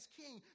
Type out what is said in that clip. king